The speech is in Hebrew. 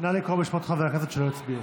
נא לקרוא בשמות חברי הכנסת שלא הצביעו.